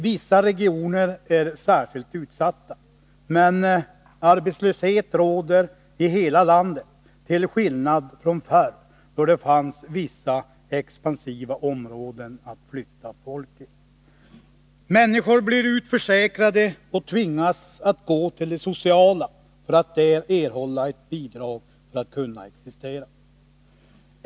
Vissa regioner är särskilt utsatta, men arbetslöshet råder i hela landet — till skillnad från förr, då det fanns vissa expansiva områden att flytta folk till. Människor blir utförsäkrade och tvingas att gå till det sociala för att där erhålla ett bidrag för att kunna existera.